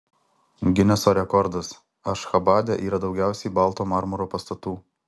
gineso rekordas ašchabade yra daugiausiai balto marmuro pastatų